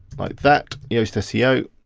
like that, yoast seo.